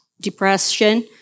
depression